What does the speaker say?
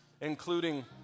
including